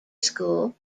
school